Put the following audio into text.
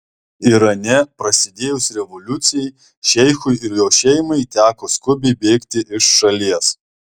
irane prasidėjus revoliucijai šeichui ir jo šeimai teko skubiai bėgti iš šalies